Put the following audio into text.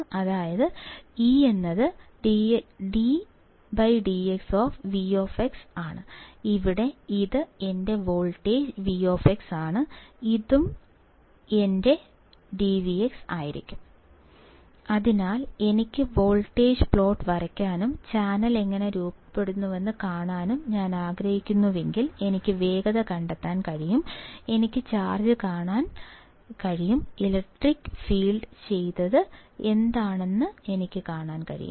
അതായത് E dvdx ഇവിടെ ഇത് എന്റെ വോൾട്ടേജ് v ആണ് ഇതും ഇത് എന്റെ dv ആയിരിക്കും അതിനാൽ എനിക്ക് വോൾട്ടേജ് പ്ലോട്ട് വരയ്ക്കാനും ചാനൽ എങ്ങനെ രൂപപ്പെടുന്നുവെന്ന് കാണാനും ഞാൻ ആഗ്രഹിക്കുന്നുവെങ്കിൽ എനിക്ക് വേഗത കണ്ടെത്താൻ കഴിയും എനിക്ക് ചാർജ് കാണാൻ കഴിയും ഇലക്ട്രിക് ഫീൽഡ് ചെയ്തത് എന്താണെന്നും എനിക്ക് കാണാൻ കഴിയും